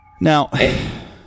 now